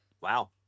wow